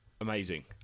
amazing